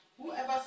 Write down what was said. whoever